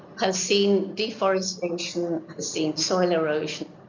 has seen deforestation, has seen soil erosion,